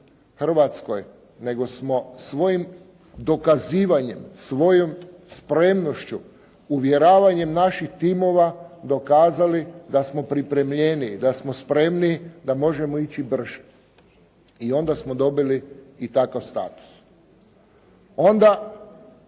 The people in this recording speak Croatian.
Hrvatskoj, nego smo svojim dokazivanjem, svojom spremnošću, uvjeravanjem naših timova dokazali da smo pripremljeniji da smo spremniji da možemo ići brže i onda smo dobili i takav status. Onda